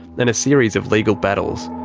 and a series of legal battles.